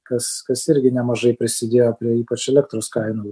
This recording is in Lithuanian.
kas kas irgi nemažai prisidėjo prie ypač elektros kainų